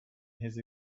his